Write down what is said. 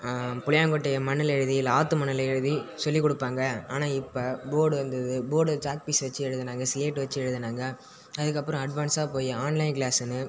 புளியாங்கொட்டையை மண்ணில் எழுதி இல்லை ஆற்று மண்ணில் எழுதி சொல்லிக் கொடுப்பாங்க ஆனால் இப்போ போடு வந்துது போர்டுல சாக்பீஸ் வச்சு எழுதினாங்க ஸ்லேட் வச்சு எழுதினாங்க அதுக்கப்புறம் அட்வான்ஸாக போய் ஆன்லைன் க்ளாஸுன்னு